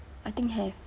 I think have